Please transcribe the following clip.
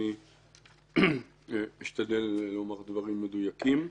אני אשתדל לומר דברים מדויקים.